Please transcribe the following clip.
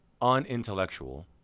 unintellectual